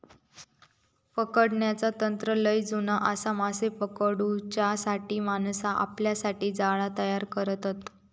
पकडण्याचा तंत्र लय जुना आसा, माशे पकडूच्यासाठी माणसा आपल्यासाठी जाळा तयार करतत